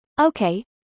Okay